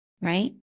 right